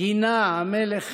גינה המלך